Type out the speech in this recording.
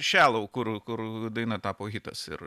shallow kur kur daina tapo hitas ir